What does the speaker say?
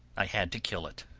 i had to kill it.